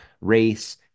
race